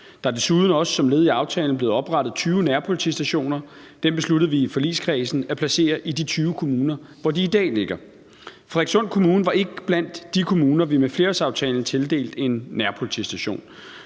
Der er desuden som led i aftalen blevet oprettet 20 nærpolitistationer. Dem besluttede vi i forligskredsen at placere i de 20 kommuner, hvor de i dag ligger. Frederikssund Kommune var ikke blandt de kommuner, vi med flerårsaftalen tildelte en nærpolitistation,